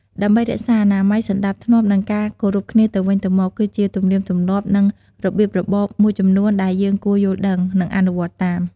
ដើម្បីរក្សាអនាម័យ សណ្តាប់ធ្នាប់ និងការគោរពគ្នាទៅវិញទៅមក គឺមានទំនៀមទម្លាប់ និងរបៀបរបបមួយចំនួនដែលយើងគួរយល់ដឹង និងអនុវត្តតាម។